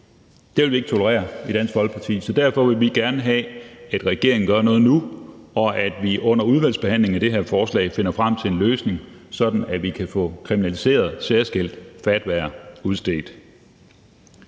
det vil vi ikke tolerere i Dansk Folkeparti. Derfor vil vi gerne have, at regeringen gør noget nu, og at vi under udvalgsbehandlingen af det her forslag finder frem til en løsning, sådan at vi særskilt kan få kriminaliseret udstedte fatwaer.